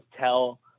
tell